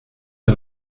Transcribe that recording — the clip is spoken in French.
que